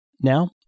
Now